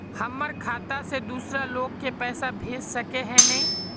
हमर खाता से दूसरा लोग के पैसा भेज सके है ने?